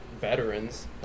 veterans